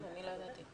אני לא ידעתי.